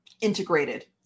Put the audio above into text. integrated